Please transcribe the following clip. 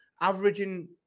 averaging